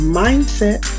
mindset